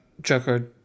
Joker